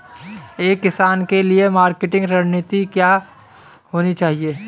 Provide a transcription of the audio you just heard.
एक किसान के लिए मार्केटिंग रणनीति क्या होनी चाहिए?